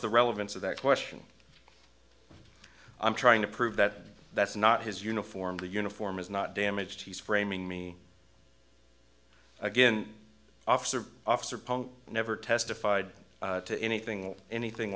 the relevance of that question i'm trying to prove that that's not his uniform the uniform is not damaged he's framing me again officer officer punk never testified to anything anything